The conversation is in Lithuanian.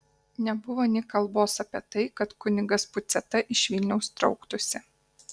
nebuvo nė kalbos apie tai kad kunigas puciata iš vilniaus trauktųsi